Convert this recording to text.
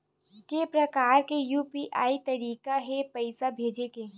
के प्रकार के यू.पी.आई के तरीका हे पईसा भेजे के?